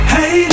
Hey